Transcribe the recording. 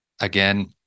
again